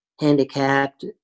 handicapped